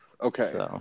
okay